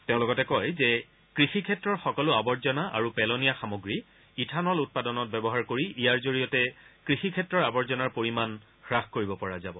তেওঁ লগতে কয় যে কৃষি ক্ষেত্ৰৰ সকলো আৱৰ্জনা আৰু পেলনীয়া সামগ্ৰী ইথানল উৎপাদনত ব্যৱহাৰ কৰি ইয়াৰ জৰিয়তে কৃষি ক্ষেত্ৰৰ আৱৰ্জনাৰ পৰিমাণে হ্ৰাস কৰিব পৰা যাব